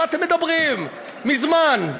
מה אתם מדברים, מזמן.